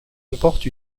comporte